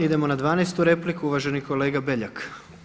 Idemo na 12. repliku, uvaženi kolega Beljak.